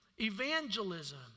evangelism